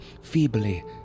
Feebly